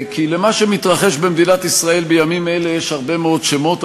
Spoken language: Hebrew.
כי למה שמתרחש במדינת ישראל בימים אלה יש הרבה מאוד שמות,